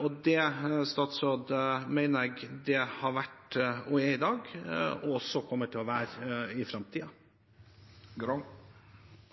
og det mener jeg det har vært, er i dag, og kommer til å være i framtiden.